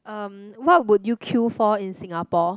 um what would you queue for in Singapore